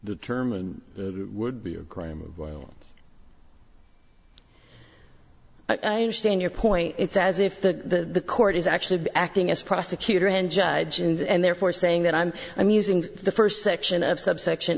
determined would be a great while i understand your point it's as if the court is actually acting as prosecutor and judge and therefore saying that i'm i'm using the first section of subsection